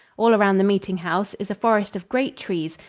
all around the meeting-house is a forest of great trees,